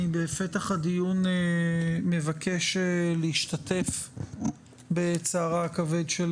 בפתח הדיון אני מבקש להשתתף בצערה הכבד של